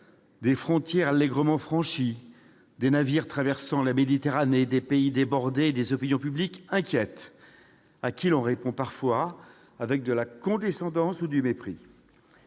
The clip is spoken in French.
des frontières allégrement franchies, des navires traversant la Méditerranée, des pays débordés et des opinions publiques inquiètes, à qui l'on répond parfois avec condescendance ou mépris !